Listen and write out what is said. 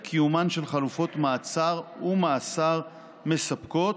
את קיומן של חלופות מעצר ומאסר מספקות,